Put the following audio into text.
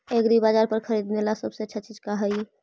एग्रीबाजार पर खरीदने ला सबसे अच्छा चीज का हई?